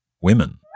women